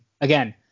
Again